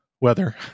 weather